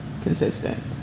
consistent